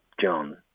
John